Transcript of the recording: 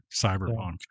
Cyberpunk